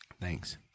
Thanks